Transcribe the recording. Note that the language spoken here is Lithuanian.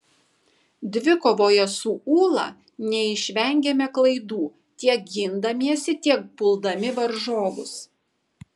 dvikovoje su ūla neišvengėme klaidų tiek gindamiesi tiek puldami varžovus